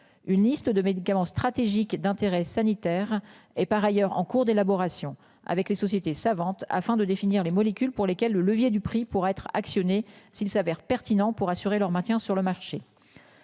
Une liste de médicaments stratégiques d'intérêt sanitaire et par ailleurs en cours d'élaboration avec les sociétés savantes afin de définir les molécules pour lesquelles le levier du prix pour être actionnée. S'il s'avère pertinent pour assurer leur maintien sur le marché.